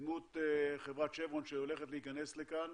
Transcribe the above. בדמות חברת שברון שהולכת להיכנס לכאן,